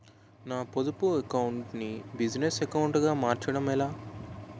నా పొదుపు అకౌంట్ నీ బిజినెస్ అకౌంట్ గా మార్చడం ఎలా?